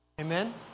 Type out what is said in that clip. Amen